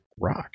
rock